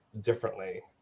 differently